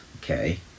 okay